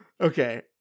Okay